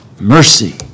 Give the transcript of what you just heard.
mercy